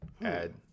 add